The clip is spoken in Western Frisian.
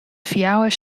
fjouwer